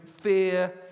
fear